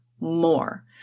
more